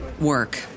work